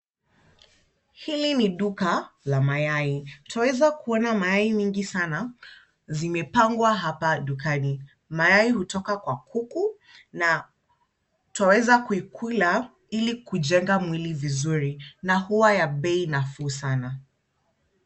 Hili ni duka la mayayi. Twaweza kuona mayayi mingi sana zimepangwa hapa dukani. Mayayi hutoka kwa kuku na twaweza kuikula ili kujenga mwili vizuri. Na huwa ya bei nafuu sana.